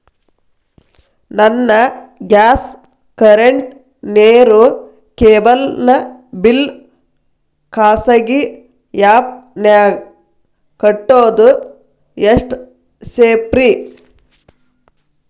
ನನ್ನ gas current, ನೇರು, cable ನ ಬಿಲ್ ಖಾಸಗಿ ಆ್ಯಪ್ ನ್ಯಾಗ್ ಕಟ್ಟೋದು ಎಷ್ಟು ಸೇಫ್ರಿ?